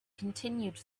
continued